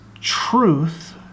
truth